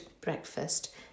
breakfast